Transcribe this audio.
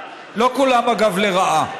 לא כולם, אגב, לרעה.